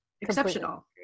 exceptional